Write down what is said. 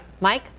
Mike